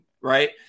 right